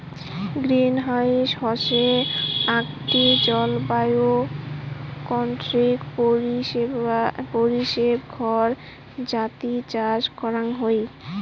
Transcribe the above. greenhouse হসে আকটি জলবায়ু কন্ট্রোল্ড পরিবেশ ঘর যাতি চাষ করাং হই